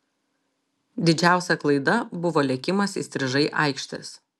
didžiausia klaida buvo lėkimas įstrižai aikštės